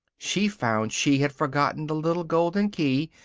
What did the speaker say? she found she had forgotten the little golden key,